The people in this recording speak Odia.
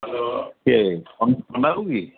ହ୍ୟାଲୋ କିଏ ଅମିତ ପଣ୍ଡା ବାବୁ କି